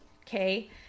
Okay